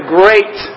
great